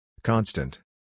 Constant